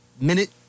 minute